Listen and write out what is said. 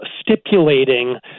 stipulating